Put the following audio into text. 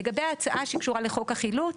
לגבי ההצעה שקשורה לחוק החילוט,